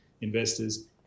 investors